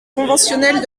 conventionnelle